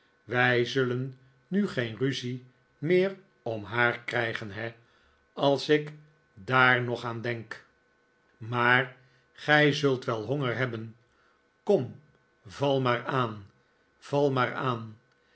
wij zullen nu geen runikolaas nickleby zie meer om haar krijgen he als ik daar nog aan denk maar gij zult wel honger hebben kom val maar aan val maar aan